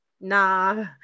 nah